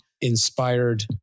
inspired